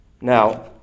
Now